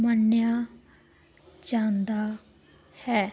ਮੰਨਿਆ ਜਾਂਦਾ ਹੈ